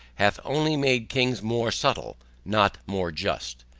hath only made kings more subtle not more just.